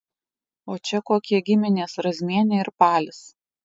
o čia kokie giminės razmienė ir palis